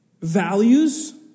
values